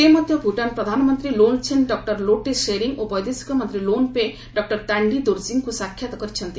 ସେ ମଧ୍ୟ ଭୁଟାନ୍ ପ୍ରଧାନମନ୍ତ୍ରୀ ଲ୍ୟୋନ୍ଛେନ୍ ଡକ୍ଟର ଲୋଟେ ସେରିଙ୍ଗ୍ ଓ ବୈଦେଶିକ ମନ୍ତ୍ରୀ ଲ୍ୟୋନ୍ପୋ ଡକ୍କର ତାଣ୍ଡି ଦୋର୍ଜିଙ୍କୁ ସାକ୍ଷାତ୍ କରିଛନ୍ତି